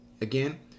again